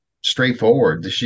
straightforward